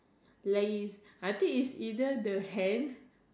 like is I think is either the hand